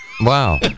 Wow